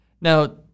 Now